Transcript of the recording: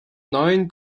neuem